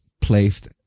placed